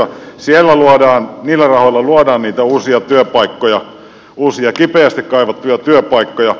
niillä rahoilla luodaan niitä uusia työpaikkoja uusia kipeästi kaivattuja työpaikkoja